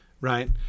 Right